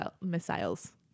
missiles